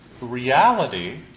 reality